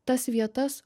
tas vietas